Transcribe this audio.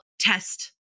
test